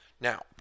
Now